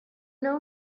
know